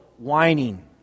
whining